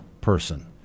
person